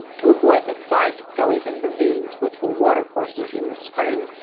to avoid the side gullies and ravines, which were water courses in the spring,